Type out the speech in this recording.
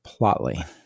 Plotly